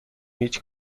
هیچ